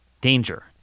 danger